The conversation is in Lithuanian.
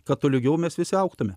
kad tolygiau mes visi augtumėme